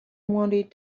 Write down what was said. wanted